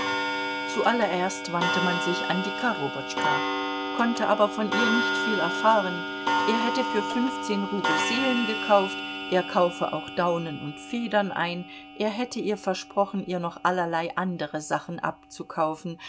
zuallererst wandte man sich an die korobotschka konnte aber von ihr nicht viel erfahren er hätte für fünfzehn rubel seelen gekauft er kaufe auch daunen und federn ein er hätte ihr versprochen ihr noch allerlei andere sachen abzukaufen